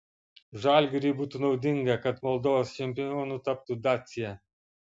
žalgiriui būtų naudinga kad moldovos čempionu taptų dacia